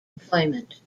employment